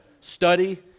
study